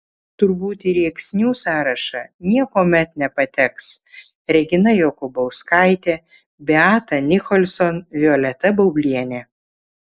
turbūt į rėksnių sąrašą niekuomet nepateks regina jokubauskaitė beata nicholson violeta baublienė